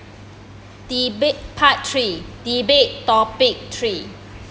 debate part three debate topic three